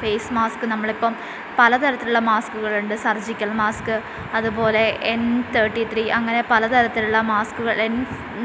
face mask നമ്മളിപ്പം പല തരത്തിലുള്ള മാസ്കുകൾ ഉണ്ട് സർജിക്കൽ മാസ്ക് അതുപോലെ എൻ തേർട്ടി ത്രീ അങ്ങനെ പലതരത്തിലുള്ള മാസ്കുകൾ എൻ